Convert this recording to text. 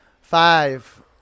Five